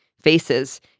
faces